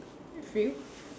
I feel